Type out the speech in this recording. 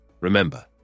Remember